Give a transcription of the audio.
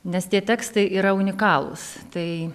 nes tie tekstai yra unikalūs tai